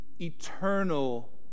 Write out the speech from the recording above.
Eternal